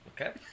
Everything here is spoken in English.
okay